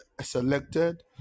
selected